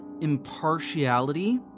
impartiality